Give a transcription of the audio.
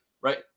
right